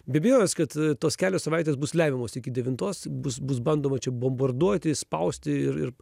be abejonės kad tos kelios savaitės bus lemiamos iki devintos bus bus bandoma čia bombarduoti spausti ir ir